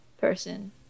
person